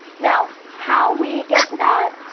now how we get to that,